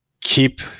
keep –